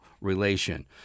relation